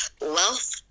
wealth